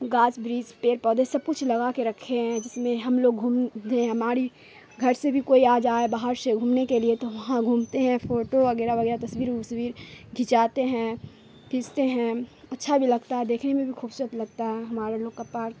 گھاس بریس پیڑ پودے سب کچھ لگا کے رکھے ہیں جس میں ہم لوگ گھومتے ہیں ہماری گھر سے بھی کوئی آ جائے باہر سے گھومنے کے لیے تو وہاں گھومتے ہیں فوٹو اگیرہ وغیرہ تصویر وصویر کھچاتے ہیں کھینچتے ہیں اچھا بھی لگتا ہے دیکھنے میں بھی خوبصورت لگتا ہے ہمارے لوگ کا پارک